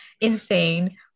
insane